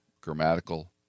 grammatical